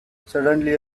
suddenly